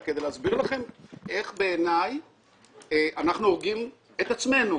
כדי להסביר לכם איך בעיני אנחנו הורגים את עצמנו.